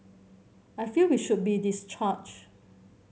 I feel we should be discharged